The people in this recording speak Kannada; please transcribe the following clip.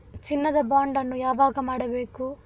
ಚಿನ್ನ ದ ಬಾಂಡ್ ಅನ್ನು ಯಾವಾಗ ಮಾಡಬೇಕು?